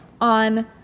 on